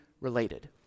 related